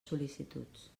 sol·licituds